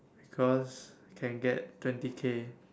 because can get twenty K